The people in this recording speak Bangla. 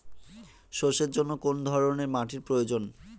সরষের জন্য কোন ধরনের মাটির প্রয়োজন?